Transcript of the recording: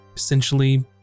Essentially